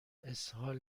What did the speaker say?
اسهال